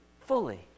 fully